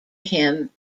him